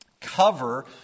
cover